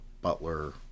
Butler